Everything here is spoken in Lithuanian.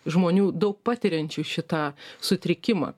žmonių daug patiriančių šitą sutrikimą